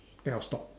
then I'll stop